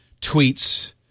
tweets